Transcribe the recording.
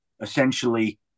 essentially